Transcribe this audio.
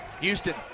Houston